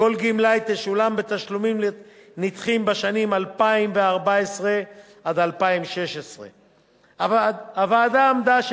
לכל גמלאי תשולם בתשלומים נדחים בשנים 2014 2016. הוועדה עמדה על